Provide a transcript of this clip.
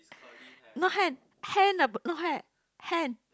no hand hand ah but no hair hand